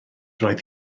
roedd